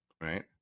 right